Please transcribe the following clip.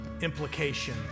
implication